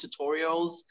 tutorials